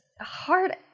hard